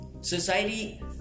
society